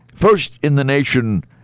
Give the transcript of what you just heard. First-in-the-nation